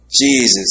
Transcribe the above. Jesus